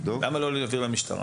למה לא להעביר למשטרה